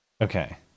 okay